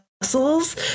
muscles